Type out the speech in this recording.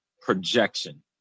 projection